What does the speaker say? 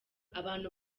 abantu